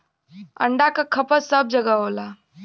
अंडा क खपत सब जगह होला